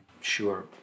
sure